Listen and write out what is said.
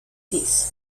cease